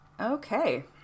Okay